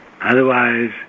otherwise